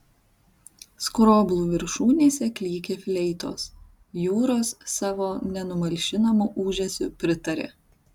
skroblų viršūnėse klykė fleitos jūros savo nenumalšinamu ūžesiu pritarė